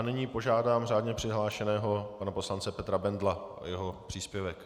Nyní požádám řádně přihlášeného pana poslance Petra Bendla o jeho příspěvek.